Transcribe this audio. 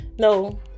no